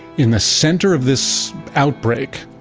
in the center of this outbreak,